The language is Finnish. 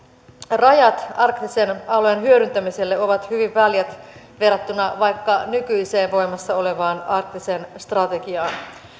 rajat arktisen alueen hyödyntämiselle ovat hyvin väljät verrattuna vaikka nykyiseen voimassa olevaan arktiseen strategiaan